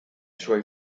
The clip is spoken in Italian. suoi